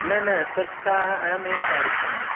न न स्वच्छता अहमेव कारयिष्यामि